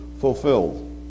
fulfilled